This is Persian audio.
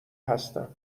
هستم